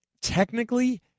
technically